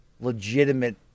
legitimate